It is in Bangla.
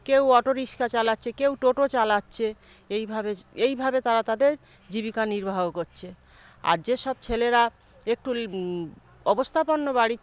কেউ অটো রিক্সা চালাচ্ছে কেউ টোটো চালাচ্ছে এইভাবে এইভাবে তারা তাদের জীবিকা নির্বাহ করছে আর যে সব ছেলেরা একটু অবস্থাপন্ন বাড়ি